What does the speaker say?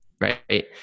right